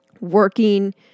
working